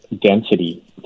density